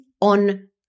on